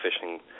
fishing